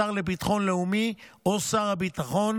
השר לביטחון לאומי או שר הביטחון,